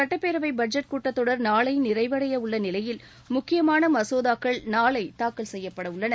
சுட்டப்பேரவை பட்ஜெட் கூட்டத்தொடர் நாளை நிறைவடையவுள்ள நிலையில் முக்கியமான மசோதாக்கள் நாளை தாக்கல் செய்யப்படவுள்ளன